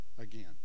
again